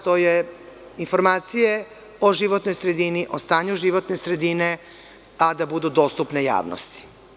To su informacije o životnoj sredini, o stanju životne sredine, a da budu dostupne javnosti.